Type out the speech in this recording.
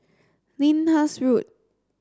Lyndhurst Road